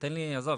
עזוב,